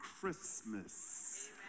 Christmas